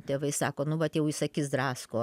tėvai sako nu vat jau jis akis drasko